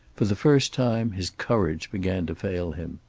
for the first time his courage began to fail him.